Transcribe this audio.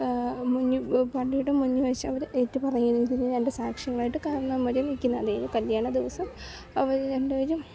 മുന്നിൽ പള്ളിയുടെ മുന്നിൽ വച്ച് അവര് ഏറ്റുപറയും ഇതിന് രണ്ടു സാക്ഷികളായിട്ട് കാരണവന്മാർ നിൽക്കുന്ന അതെ കല്യാണദിവസം അവർ രണ്ടുപേരും